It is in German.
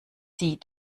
sie